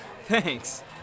Thanks